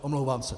Omlouvám se.